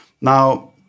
Now